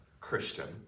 Christian